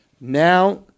Now